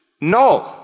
no